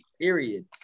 period